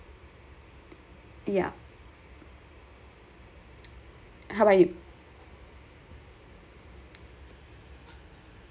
yeah how about you